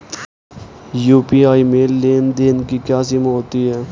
UPI में लेन देन की क्या सीमा होती है?